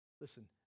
Listen